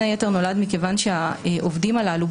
בין היתר נולד מכיוון שהעובדים הללו,